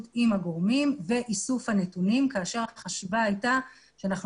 עם הגורמים ואיסוף הנתונים כאשר החשיבה הייתה שאנחנו